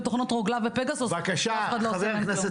בתוכנות רוגלה ופגאסוס ואף אחד לא עושה להם כלום.